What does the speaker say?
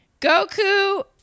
Goku